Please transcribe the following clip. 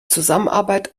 zusammenarbeit